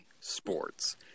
Sports